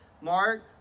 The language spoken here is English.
Mark